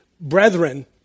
brethren